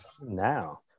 Now